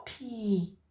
happy